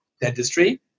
Dentistry